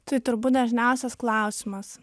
tai turbūt dažniausias klausimas